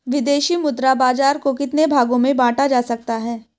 विदेशी मुद्रा बाजार को कितने भागों में बांटा जा सकता है?